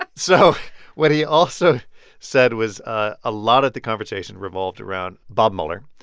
ah so what he also said was a ah lot of the conversation revolved around bob mueller.